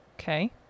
Okay